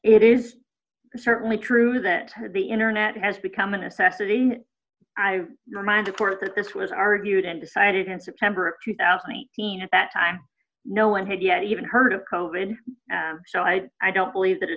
it is certainly true that the internet has become a necessity i mind of course that this was argued and decided in september of two thousand and eighteen at that time no one had yet even heard of coded so i i don't believe that it